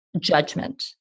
judgment